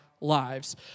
lives